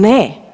Ne.